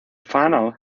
final